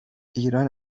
ایران